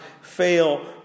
fail